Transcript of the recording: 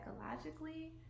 psychologically